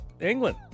England